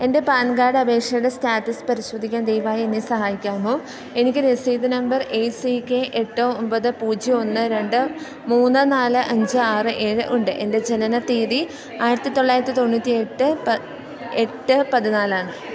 എൻ്റെ PAN card അപേക്ഷയുടെ status പരിശോധിക്കാൻ ദയവായി എന്നെ സഹായിക്കാമോ എനിക്ക് രസീത് നമ്പർ എ സി കെ എട്ട് ഒൻപത് പൂജ്യം ഒന്ന് രണ്ട് മൂന്ന് നാല് അഞ്ച് ആറ് ഏഴ് ഉണ്ട് എന്റെ ജനനത്തീയതി ആയിരത്തി തൊള്ളായിരത്തി തൊണ്ണൂറ്റി എട്ട് എട്ട് പതിനാല് ആണ്